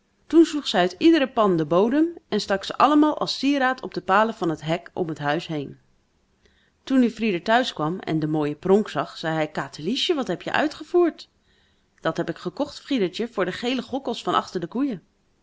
zij uit iedere pan den bodem en stak ze allemaal als sieraad op de palen van het hek om het huis heen toen nu frieder thuis kwam en de mooie pronk zag zei hij katerliesje wat heb je uitgevoerd dat heb ik gekocht friedertje voor de gele gokkels van achter de koeien